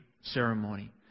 ceremony